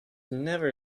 never